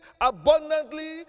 abundantly